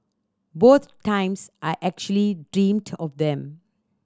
both times I actually dreamed of them